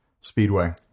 Speedway